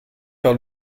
par